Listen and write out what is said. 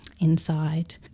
inside